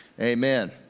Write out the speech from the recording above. Amen